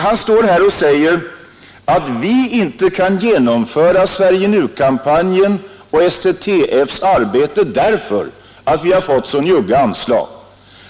Han står här och säger att vi inte kan genomföra Sverige-Nu-kampanjen och STTF:s arbete därför att vi har fått så njugga anslag.